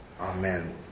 Amen